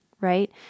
right